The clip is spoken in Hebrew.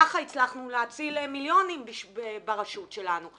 ככה הצלחנו להציל מיליונים ברשות שלנו.